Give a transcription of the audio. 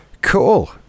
Cool